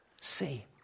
see